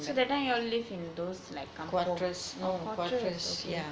so that time ya'll live in those like kampung oh quatrace